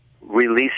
release